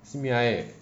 simi lai eh